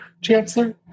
Chancellor